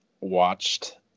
watched